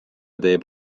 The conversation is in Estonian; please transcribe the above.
teeb